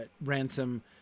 Ransom